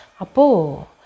Apo